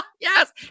yes